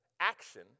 action